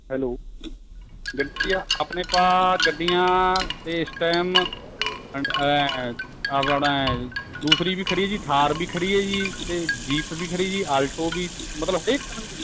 hello ਗੱਡੀਆਂ ਆਪਣੇ ਪਾ ਗੱਡੀਆਂ ਤਾਂ ਇਸ ਟਾਇਮ ਆਪਣੇ ਦੂਸਰੀ ਵੀ ਖੜ੍ਹੀ ਜੀ ਥਾਰ ਵੀ ਖੜ੍ਹੀ ਹੈ ਜੀ ਅਤੇ ਜੀਪ ਵੀ ਖੜ੍ਹੀ ਹੈ ਜੀ ਆਲਟੋ ਵੀ ਮਤਲਬ ਹਰੇਕ ਤਰ੍ਹਾਂ ਦੀ ਗੱਡੀ